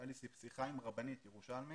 הייתה לי שיחה עם רבנית ירושלמית